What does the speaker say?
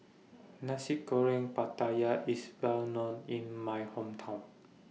Nasi Goreng Pattaya IS Well known in My Hometown